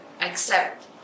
accept